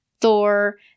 Thor